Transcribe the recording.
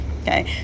okay